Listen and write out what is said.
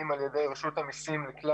מעבר לפיצויים שניתנים על-ידי רשות המיסים לכלל